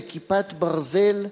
ל"כיפת ברזל"?